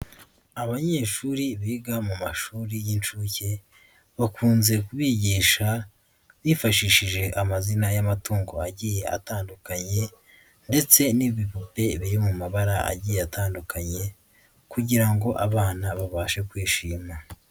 Abanyeshuri biga mu mashuri y'inshuke bakunze kubigisha bifashishije amazina y'amatungo agiye atandukanye ndetse n'ibipupe biri mu mabara agiye atandukanye kugira ngo abana babashe kwishima.